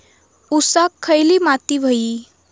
ऊसाक खयली माती व्हयी?